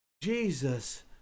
Jesus